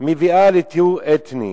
מביאה לטיהור אתני.